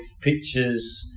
pictures